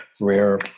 rare